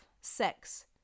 sex